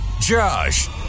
Josh